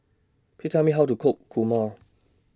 Please Tell Me How to Cook Kurma